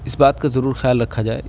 اس بات کا ضرور خیال رکھا جائے